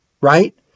right